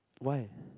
why